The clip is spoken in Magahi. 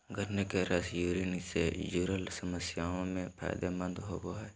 गन्ने के रस यूरिन से जूरल समस्याओं में फायदे मंद होवो हइ